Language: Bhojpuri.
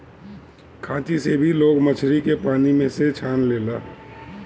खांची से भी लोग मछरी के पानी में से छान लेला